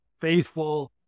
faithful